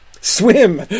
Swim